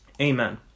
amen